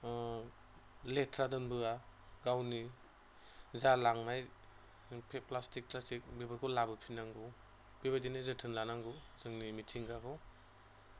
लेथ्रा दोनबोआ गावनि जा लांनाय बे प्लास्टिक थासथिग बेफोरखौ लाबोफिननांगौ बेबायदिनो जोथोन लानांगौ जोंनि मिथिंगाखौ